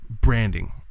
branding